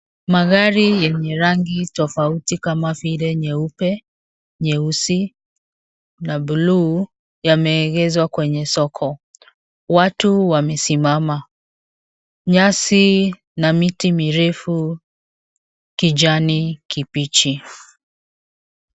Magari yenye rangi tofauti kama vile nyeupe, nyeusi na buluu yameegeshwa kwenye soko. watu wamesimama. Nyasi na miti mirefu kijani kibichi.